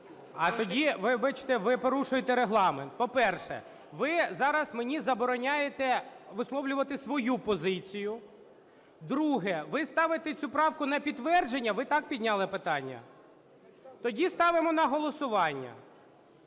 Тоді, вибачте, ви порушуєте Регламент. По-перше, ви зараз мені забороняєте висловлювати свою позицію. Друге. Ви ставите цю правку на підтвердження. Ви так підняли питання? Тоді ставимо на голосування,